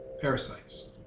Parasites